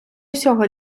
усього